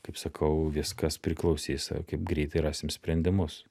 kaip sakau viskas priklausys kaip greitai rasim sprendimus